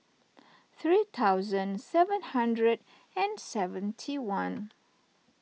three thousand seven hundred and seventy one